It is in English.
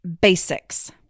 basics